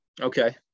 Okay